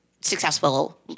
successful